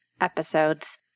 episodes